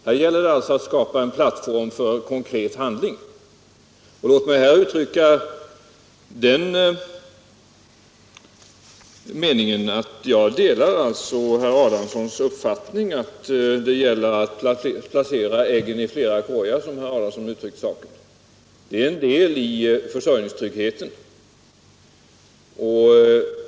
Det gäller att skapa en plattform för konkret handling. Jag delar alltså herr Adamssons uppfattning att det gäller att placera äggen i flera korgar, som han uttryckte saken. Det är en del av försörjningstryggheten.